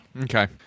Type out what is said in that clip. Okay